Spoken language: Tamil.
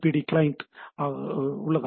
பி கிளையண்ட் உள்ளது